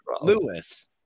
Lewis